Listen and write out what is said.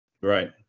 Right